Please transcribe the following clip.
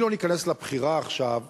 אני לא אכנס לבחירה עכשיו,